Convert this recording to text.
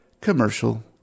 commercial